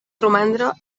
romandre